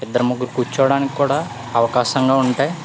ఇద్దరు ముగ్గురు కూర్చోవడానికి కూడా అవకాశంగా ఉంటాయి